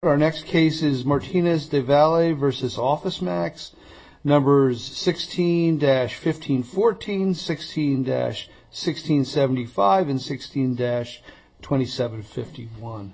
our next cases martina's the valet versus office max numbers sixteen dash fifteen fourteen sixteen dash sixteen seventy five and sixteen dash twenty seven fifty one